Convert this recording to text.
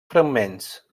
fragments